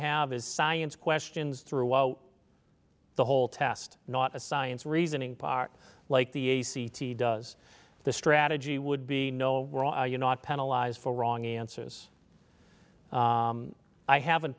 have is science questions throughout the whole test not a science reasoning part like the a c t does the strategy would be no you know not penalize for wrong answers i haven't